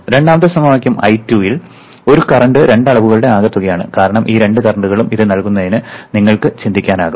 രണ്ടാമത്തെ സമവാക്യം I2 ൽ ഒരു കറന്റ് രണ്ട് അളവുകളുടെ ആകെത്തുകയാണ് കാരണം ഈ രണ്ട് കറന്റ്കളും ഇത് നൽകുന്നതിന് നിങ്ങൾക്ക് ചിന്തിക്കാനാകും